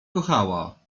kochała